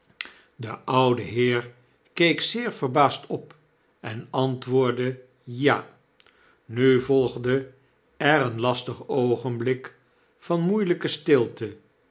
de oude heer keek zeer verbaasd op en antwoordde ja nu volgde er een lastig oogenblik van moeielpe stilte